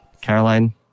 Caroline